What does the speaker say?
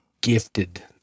gifted